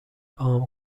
عام